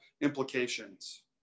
implications